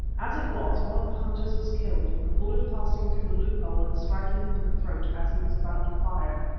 as it was, one of the hunters was killed, the bullet passing through the loophole and striking him in the throat as he was about to fire,